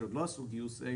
שעוד לא עשו גיוס A,